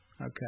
Okay